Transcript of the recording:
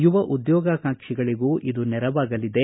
ಯುವ ಉದ್ಯೋಗಾಕಾಂಕ್ಷಿಗಳಗೂ ಇದು ನೆರವಾಗಲಿದೆ